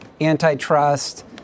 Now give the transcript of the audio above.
antitrust